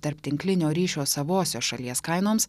tarptinklinio ryšio savosios šalies kainoms